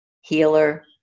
healer